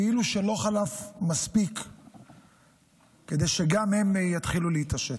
כאילו שלא חלף מספיק זמן כדי שגם הם יתחילו להתעשת.